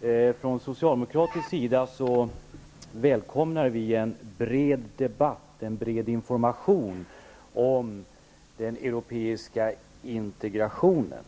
Herr talman! Från socialdemokratisk sida välkomnar vi en bred debatt och information om den europeiska integrationen.